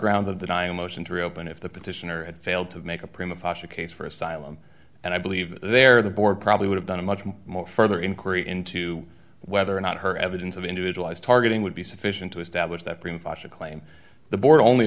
grounds of denying a motion to reopen if the petitioner had failed to make a prima fascia case for asylum and i believe there the board probably would have done a much more further inquiry into whether or not her evidence of individualized targeting would be sufficient to establish that prima fascia claim the board only